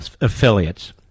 affiliates